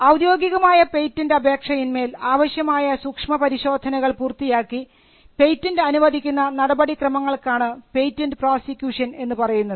ഔദ്യോഗികമായ പേറ്റൻറ് അപേക്ഷയിന്മേൽ ആവശ്യമായ സൂക്ഷ്മ പരിശോധനകൾ പൂർത്തിയാക്കി പേറ്റൻറ് അനുവദിക്കുന്ന നടപടിക്രമങ്ങൾക്കാണ് പേറ്റൻറ് പ്രോസിക്യൂഷൻ എന്ന് പറയുന്നത്